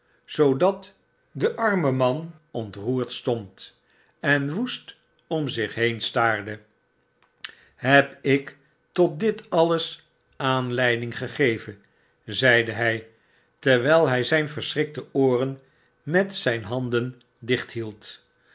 zoodat de arme man ontroerd stond en woest om zich heen staarde heb ik tot dit alles aanleiding gegeven zeide hy terwyl hy zyn verschrikte oorenmet zyn handen